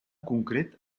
concret